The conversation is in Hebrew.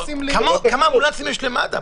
כמה אמבולנסים יש למד"א?